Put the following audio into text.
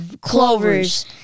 clovers